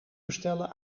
bestellen